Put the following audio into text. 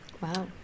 Wow